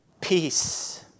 peace